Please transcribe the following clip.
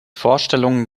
vorstellungen